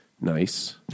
Nice